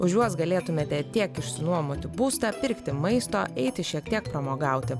už juos galėtumėte tiek išsinuomoti būstą pirkti maisto eiti šiek tiek pramogauti